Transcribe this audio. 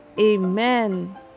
Amen